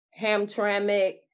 Hamtramck